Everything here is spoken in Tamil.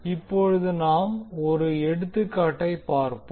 இப்போது நாம் ஒரு எடுத்துக்காட்டை பார்ப்போம்